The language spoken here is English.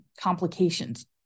complications